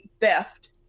theft